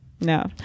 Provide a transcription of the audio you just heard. no